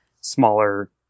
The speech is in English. smaller